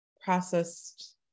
processed